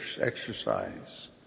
exercise